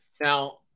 now